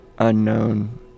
unknown